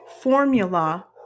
formula